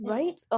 Right